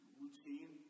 routine